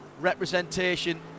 representation